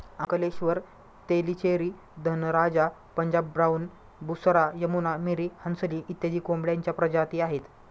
Ankleshwar, Tellicherry, Dhanraja, Punjab brown, Busra, Yamuna, Miri, Hansli इत्यादी कोंबड्यांच्या प्रजाती आहेत